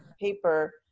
paper